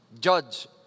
judge